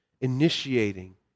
initiating